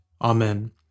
Amen